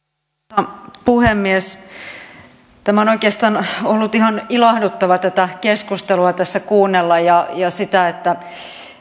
arvoisa puhemies on oikeastaan ollut ihan ilahduttavaa tätä keskustelua tässä kuunnella ja sitä